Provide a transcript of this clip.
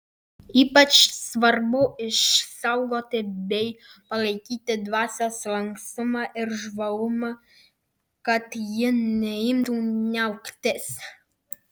ypač svarbu išsaugoti bei palaikyti dvasios lankstumą ir žvalumą kad ji neimtų niauktis